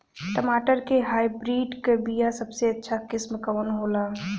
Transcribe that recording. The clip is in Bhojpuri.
टमाटर के हाइब्रिड क बीया सबसे अच्छा किस्म कवन होला?